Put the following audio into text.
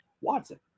Watson